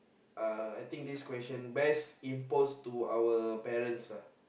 uh I think this question best imposed to our parents uh